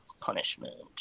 punishment